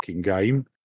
game